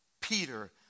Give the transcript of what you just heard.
Peter